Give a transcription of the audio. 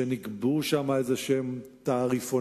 שנקבעו שם תעריפונים,